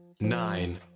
nine